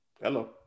Hello